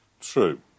True